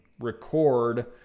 record